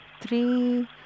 three